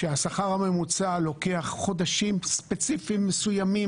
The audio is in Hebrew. שהשכר הממוצע לוקח חודשים ספציפיים מסוימים